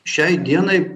šiai dienai